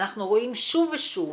אנחנו רואים שוב ושוב